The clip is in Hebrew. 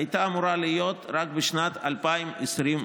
הייתה אמורה להיות רק בשנת 2023,